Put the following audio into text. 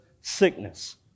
sickness